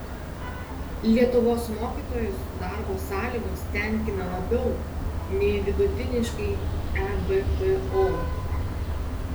lietuvos mokytojus darbo sąlygos tenkina labiau nei vidutiniškai ebpo